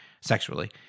sexually